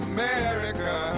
America